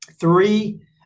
three